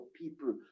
people